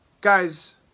Guys